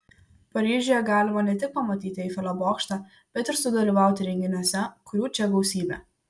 paryžiuje galima ne tik pamatyti eifelio bokštą bet ir sudalyvauti renginiuose kurių čia gausybė